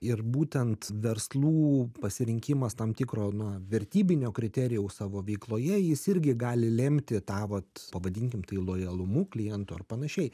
ir būtent verslų pasirinkimas tam tikro na vertybinio kriterijaus savo veikloje jis irgi gali lemti tą vat pavadinkim tai lojalumu klientų ar panašiai